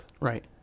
Right